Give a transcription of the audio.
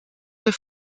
der